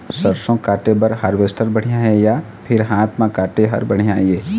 सरसों काटे बर हारवेस्टर बढ़िया हे या फिर हाथ म काटे हर बढ़िया ये?